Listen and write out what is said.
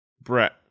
brett